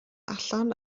allan